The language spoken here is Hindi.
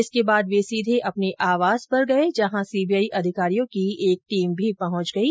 इसके बाद वह सीधे अपने आवास पर गये जहां सीबीआई अधिकारियों की एक टीम पहुंच गयी